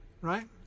right